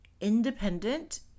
independent